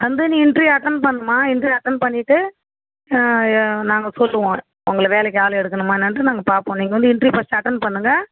வந்து நீ interview attend பண்ணும்மா இன்ட்ரியூவ் அட்டன் பண்ணிட்டு யா நாங்கள் சொல்லுவோம் உங்களை வேலைக்கு ஆள் எடுக்கணுமா என்னான்ட்டு நாங்கள் பார்ப்போம் நீங்கள் வந்து இன்ட்ரியூவ் ஃபஸ்ட்டு அட்டன் பண்ணுங்க